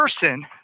person